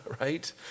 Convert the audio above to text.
right